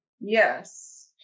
Yes